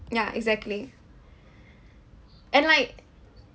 ya exactly and like